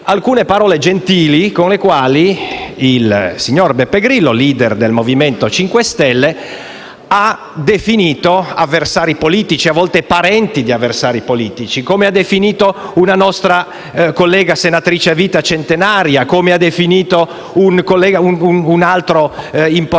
alcune parole gentili con le quali il signor Beppe Grillo, *leader* del Movimento 5 Stelle, ha definito avversari politici - a volte parenti di avversari politici - una nostra collega a vita centenaria e un altro importante